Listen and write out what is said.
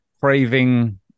craving